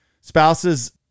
Spouses